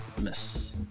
miss